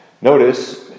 Notice